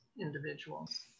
individuals